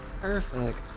Perfect